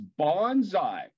bonsai